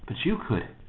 but you could.